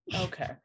Okay